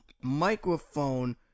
microphone